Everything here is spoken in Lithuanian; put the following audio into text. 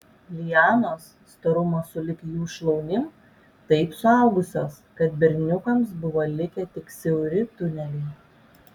lianos storumo sulig jų šlaunim taip suaugusios kad berniukams buvo likę tik siauri tuneliai